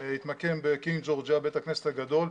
התמקם בקינג ג'ורג' ליד בית הכנסת הגדול,